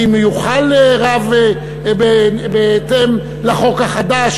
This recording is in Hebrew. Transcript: האם יוכל רב בהתאם לחוק החדש,